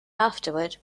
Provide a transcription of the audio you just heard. afterward